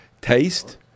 taste